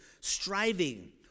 striving